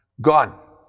Gone